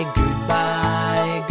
goodbye